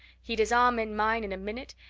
he'd his arm in mine in a minute,